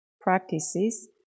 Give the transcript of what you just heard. practices